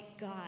God